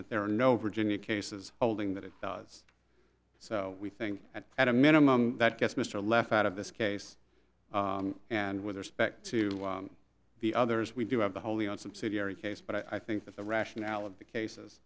that there are no virginia cases holding that it does so we think that at a minimum that gets mr leff out of this case and with respect to the others we do have the wholly owned subsidiary case but i think that the rationale of the cases